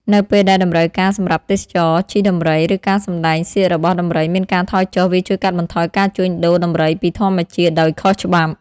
នៅពេលដែលតម្រូវការសម្រាប់ទេសចរណ៍ ជិះដំរី ឬការសម្តែងសៀករបស់ដំរីមានការថយចុះ វាជួយកាត់បន្ថយការជួញដូរដំរីពីធម្មជាតិដោយខុសច្បាប់។